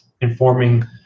informing